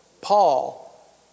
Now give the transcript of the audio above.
Paul